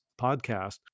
podcast